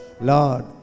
lord